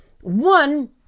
One